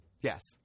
Yes